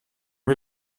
wir